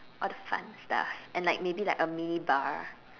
all the fun stuff and like maybe a mini bar